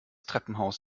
treppenhaus